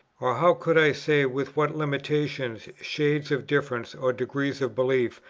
or how could i say with what limitations, shades of difference, or degrees of belief,